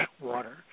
water